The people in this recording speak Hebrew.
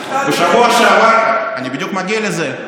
בשבוע שעבר, אני בדיוק מגיע לזה.